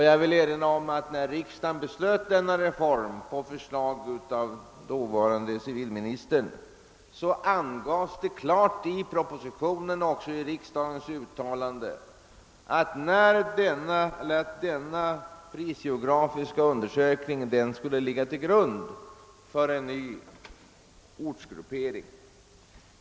Jag vill erinra om att när riksdagen på förslag av dåvarande civilministern beslöt genomföra denna reform angavs klart i propositionen och även i riksdagens uttalande, att denna prisgeografiska undersökning skulle ligga till grund för en ny ortsgruppering.